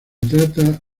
trata